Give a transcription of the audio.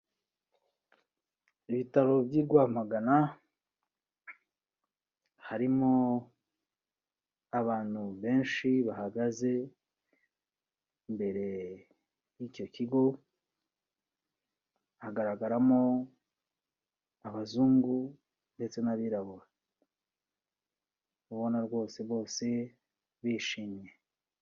Ibitaro by'i Rwamagana, harimo abantu benshi bahagaze imbere y'icyo kigo, hagaragaramo abazungu ndetse n'abirabura, ubona rwose bose bishimye.